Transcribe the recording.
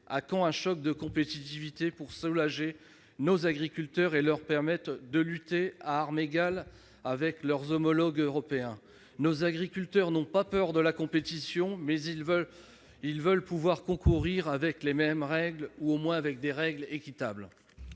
À quand un choc de compétitivité pour soulager nos agriculteurs et leur permettre de lutter à armes égales avec leurs homologues européens ? Nos agriculteurs n'ont pas peur de la compétition, mais ils veulent pouvoir concourir avec les mêmes règles ou à tout le moins avec des règles équitables